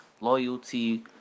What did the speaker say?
loyalty